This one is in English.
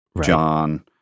John